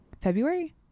February